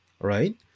right